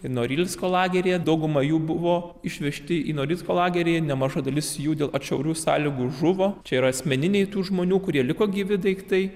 norilsko lageryje dauguma jų buvo išvežti į norilsko lagerį nemaža dalis jų dėl atšiaurių sąlygų žuvo čia yra asmeniniai tų žmonių kurie liko gyvi daiktai